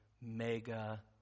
mega